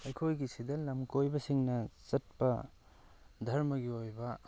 ꯑꯩꯈꯣꯏꯒꯤ ꯁꯤꯗ ꯂꯝꯀꯣꯏꯕꯁꯤꯡꯅ ꯆꯠꯄ ꯙꯔꯃꯒꯤ ꯑꯣꯏꯕ